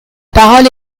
parole